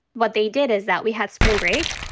what they did is that we had spring break.